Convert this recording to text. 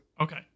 Okay